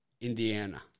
Indiana